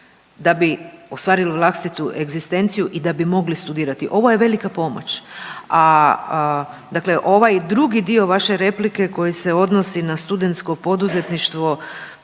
da bi ostvarili vlastitu egzistenciju i da bi mogli studirati. Ovo je velika pomoć. A dakle ovaj drugi dio vaše replike koji se odnosi na studentsko poduzetništvo,